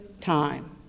time